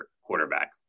quarterback